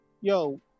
yo